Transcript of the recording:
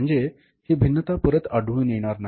म्हणजे हि भिन्नता परत आढळून येणार नाही